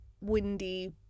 windy